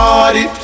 Party